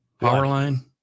Powerline